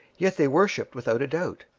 yet they worshipped without a doubt.